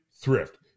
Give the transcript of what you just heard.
Thrift